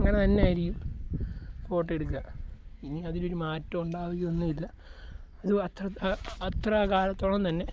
അങ്ങനെ തന്നെ ആയിരിക്കും ഫോട്ടോ എടുക്കുക ഇനി അതിലൊരു മാറ്റമുണ്ടാകുകയൊന്നും ഇല്ല ഇത് അത്ര അത്ര കാലത്തോളം തന്നെ